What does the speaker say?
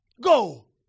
Go